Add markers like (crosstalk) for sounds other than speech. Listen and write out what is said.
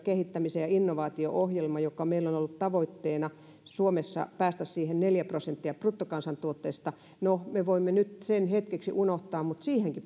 (unintelligible) kehittämis ja innovaatio ohjelman niissä meillä suomessa on ollut tavoitteena päästä siihen neljään prosenttiin bruttokansantuotteesta no me voimme nyt sen hetkeksi unohtaa mutta siihenkin